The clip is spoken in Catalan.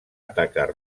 atacar